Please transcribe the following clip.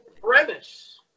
premise